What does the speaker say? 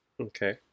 Okay